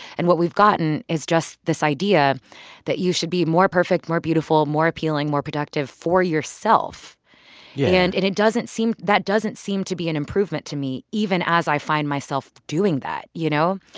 and what we've gotten is just this idea that you should be more perfect, more beautiful, more appealing, more productive for yourself yeah and it it doesn't seem that doesn't seem to be an improvement to me even as i find myself doing that, you know?